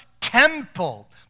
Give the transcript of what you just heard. temple